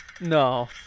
No